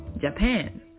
Japan